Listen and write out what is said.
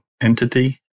entity